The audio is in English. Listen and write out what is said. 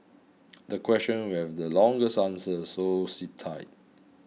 the question will have the longest answer so sit tight